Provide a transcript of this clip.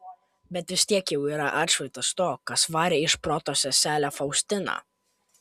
bet vis tiek jau yra atšvaitas to kas varė iš proto seselę faustiną